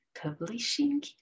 publishing